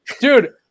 Dude